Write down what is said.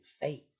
faith